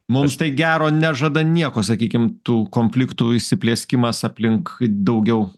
mums tai gero nežada nieko sakykim tų konfliktų įsiplieskimas aplink daugiau